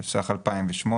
התשס"ח-2008,